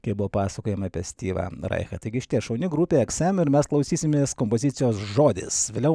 kai buvo pasakojama apie styvą raihą taigi išties šauni grupė eksem ir mes klausysimės kompozicijos žodis vėliau